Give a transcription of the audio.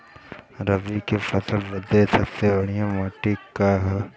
रबी क फसल बदे सबसे बढ़िया माटी का ह?